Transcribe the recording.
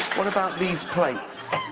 what about these plates.